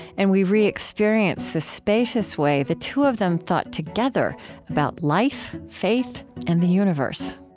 and we re-experience the spacious way the two of them thought together about life, faith, and the universe